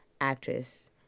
actress